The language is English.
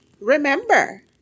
remember